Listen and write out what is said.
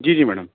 जी जी मैडम